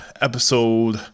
episode